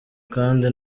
kandi